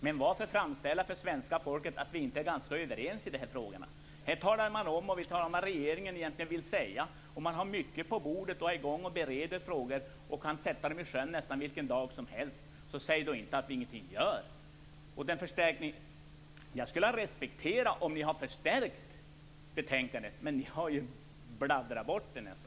Men varför framställa det för svenska folket som att vi inte är ganska överens om de här frågorna? Här talar vi om vad regeringen egentligen vill säga. Man har mycket på bordet. Man är i gång och bereder frågor, och man kan sätta förslagen i sjön nästan vilken dag som helst. Säg då inte att vi ingenting gör! Jag skulle ha respekterat om ni hade förstärkt betänkandet, men ni har ju nästan bladdrat bort det.